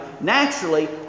Naturally